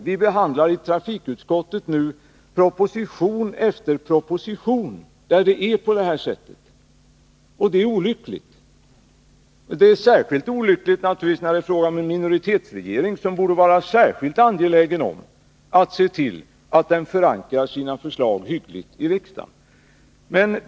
Vi behandlar i trafikutskottet nu proposition efter proposition där det är på motsvarande sätt, och detta är olyckligt. Det är naturligtvis särskilt olyckligt när det gäller en minoritetsregering, som borde vara speciellt angelägen om att förankra sina förslag hyggligt i riksdagen.